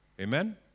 Amen